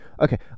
Okay